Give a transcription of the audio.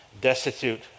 destitute